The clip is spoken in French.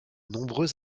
nombreuses